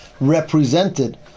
represented